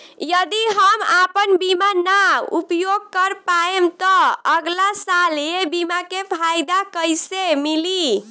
यदि हम आपन बीमा ना उपयोग कर पाएम त अगलासाल ए बीमा के फाइदा कइसे मिली?